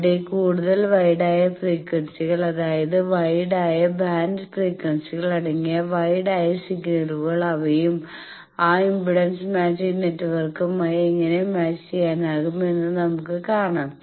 അവിടെ കൂടുതൽ വൈഡായ ഫ്രീക്വൻസികൾ അതായത് വൈഡായ ബാൻഡ് ഫ്രീക്വൻസികൾ അടങ്ങിയ വൈഡായ സിഗ്നലുകൾ അവയും ആ ഇംപെഡൻസ് മാച്ചിംഗ് നെറ്റ്വർക്കുമായി എങ്ങനെ മാച്ച് ചെയ്യാനാകും എന്നും നമുക്ക് കാണാം